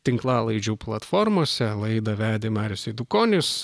tinklalaidžių platformose laidą vedė marius eidukonis